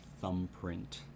thumbprint